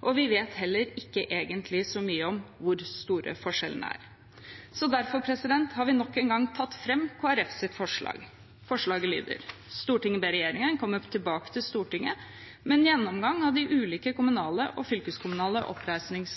og vi vet egentlig heller ikke så mye om hvor store forskjellene er. Derfor har vi nok en gang tatt fram Kristelig Folkepartis forslag. Forslaget fra Arbeiderpartiet og Sosialistisk Venstreparti lyder: «Stortinget ber regjeringen komme tilbake til Stortinget med en gjennomgang av de ulike kommunale og fylkeskommunale oppreisnings-